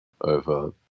over